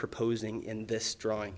proposing in this drawing